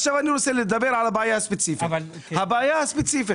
אני רוצה לדבר על בעיה ספציפית.